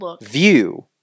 view